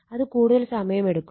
അത് കൂടുതൽ സമയം എടുക്കും